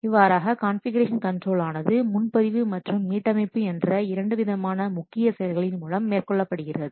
இவ்வாறாக configuration control ஆனது முன்பதிவு மற்றும் மீட்டமைப்பு என்று இரண்டு விதமான முக்கிய செயல்களின் மூலம் மேற்கொள்ளப்படுகிறது